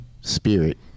spirit